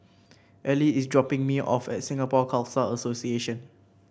Ely is dropping me off at Singapore Khalsa Association